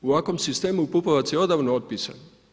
U ovakvom sistemu Pupovac je odavno otpisan.